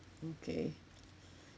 okay